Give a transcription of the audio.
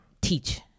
Teach